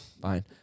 fine